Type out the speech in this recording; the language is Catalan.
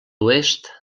oest